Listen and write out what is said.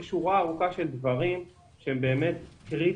יש שורה ארוכה של דברים שהם קריטיים,